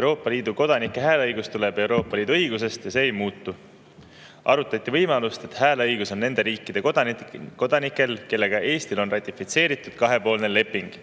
Euroopa Liidu kodanike hääleõigus tuleneb Euroopa Liidu õigusest ja see ei muutu. Arutati võimalust, et hääleõigus on nende riikide kodanikel, kellega Eestil on ratifitseeritud kahepoolne leping.